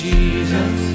Jesus